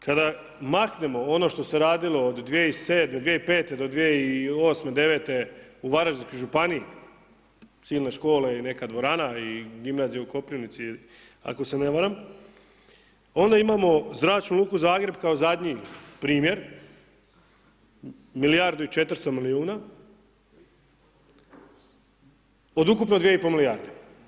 Kada maknemo ono što se radilo od 2005.-te do 2008.-me, 2009.-te u Varaždinskoj županiji, silne škole i neka dvorana i gimnazije u Koprivnici, ako se ne varam, onda imamo Zračnu luku Zagreb kao zadnji primjer, milijardu i 400 milijuna od ukupno 2,5 milijarde.